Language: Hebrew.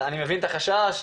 אני מבין את החשש,